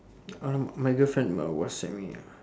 !alamak! my girlfriend um whatsapp me ah